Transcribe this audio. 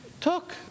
took